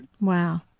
Wow